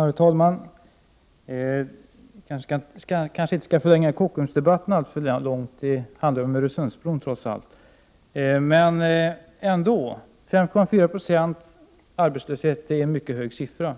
Herr talman! Jag kanske inte skall förlänga Kockumsdebatten alltför mycket, det handlar trots allt om Öresundsbron. Jag vill ändå säga att 5,4 Zo arbetslöshet är en mycket hög siffra,